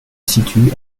situe